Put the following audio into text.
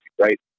right